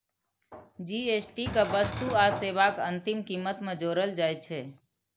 GST कें वस्तु आ सेवाक अंतिम कीमत मे जोड़ल जाइ छै